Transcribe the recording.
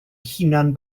hunan